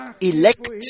elect